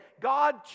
God